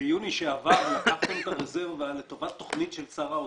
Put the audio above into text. ביוני שעבר לקחתם את הרזרבה לטובת תכנית של שר האוצר.